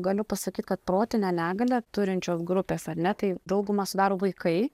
galiu pasakyt kad protinę negalią turinčios grupės ar ne tai daugumą sudaro vaikai